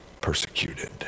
persecuted